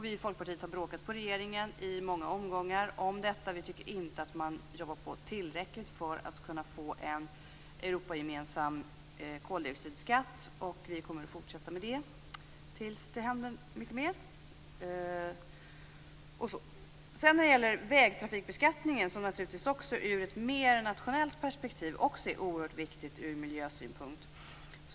Vi i Folkpartiet har bråkat med regeringen i många omgångar om detta. Vi tycker inte att man jobbar på tillräckligt för att det skall kunna införas en Europagemensam koldioxidskatt, och vi kommer att fortsätta att bråka till dess att det händer mera. Vägtrafikbeskattningen i ett nationellt perspektiv är också oerhört viktig från miljösynpunkt.